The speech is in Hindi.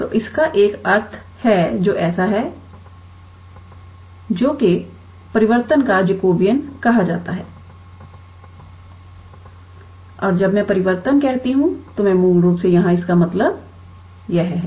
तो इसका एक अर्थ है जो ऐसा है जो को परिवर्तन का जैकबियन कहा जाता है और जब मैं परिवर्तन कहती हूं तो मेरा मूल रूप से यहां इसका मतलब यह है